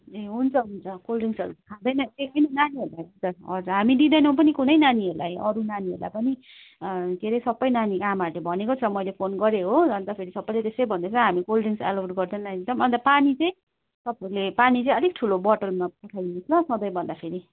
हुन्छ हुन्छ कोल्ड ड्रिङ्क्सहरू खाँदैन त्यही पनि नानीहरूलाई त हामी दिँदैनौँ कुनै नानीहरूलाई अरू नानीहरूलाई पनि के रे सबै नानीको आमाहरूले भनेको छ मैले फोन गरेँ हो अन्तफेरि सबैले त्यसै भन्दैछ हामी कोल्ड ड्रिङ्क्स अलाउड गर्दैन एकदम अन्त पानी चाहिँ तपाईँहरूले पानी चाहिँ अलि ठुलो बोतलमा पठाइदिनुहोस् ल सँधै भन्दाखेरि